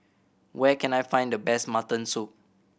where can I find the best mutton soup